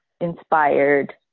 inspired